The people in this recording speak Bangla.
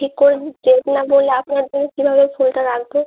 ঠিক করে ডেট না বললে আপনার জন্য কীভাবে ফুলটা রাখবো